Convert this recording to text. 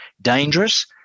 dangerous